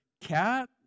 cat